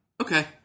Okay